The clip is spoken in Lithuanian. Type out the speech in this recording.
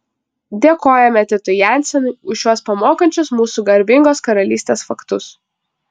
dėkojame titui jensenui už šiuos pamokančius mūsų garbingos karalystės faktus